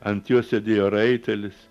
ant jo sėdėjo raitelis